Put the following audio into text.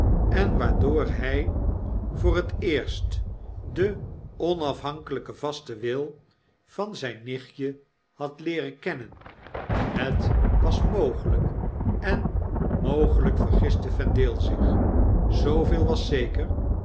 en waardoor hy voor het eerst den onafhankeljjken vasten wil van zp nichtje had leeren kennen het was mogelp en mogelfik vergiste vendale zich zooveel was zeker